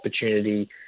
opportunity